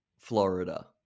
florida